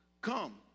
Come